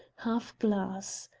half glass.